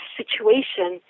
situation